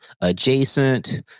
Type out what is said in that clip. adjacent